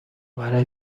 برای